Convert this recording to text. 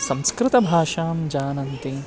संस्कृतभाषां जानन्ति